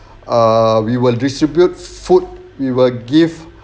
err we will distribute food we will give